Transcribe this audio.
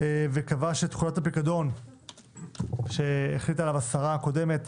שקבע שחוק הפיקדון שהחליטה עליו השרה הקודמת,